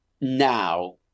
now